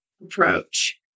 approach